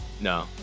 No